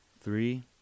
Three